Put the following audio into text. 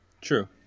True